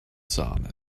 sahne